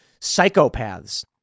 psychopaths